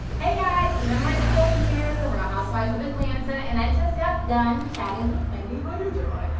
hey guys, eva marcille here from real housewives of atlanta, and i just got done chatting with wendy. how you doing?